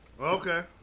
Okay